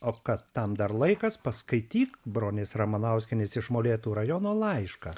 o kad tam dar laikas paskaityk bronės ramanauskienės iš molėtų rajono laišką